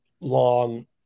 long